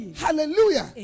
hallelujah